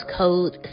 code